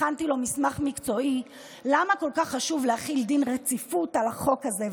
הכנתי לו מסמך מקצועי למה כל כך חשוב להחיל דין רציפות על החוק הזה.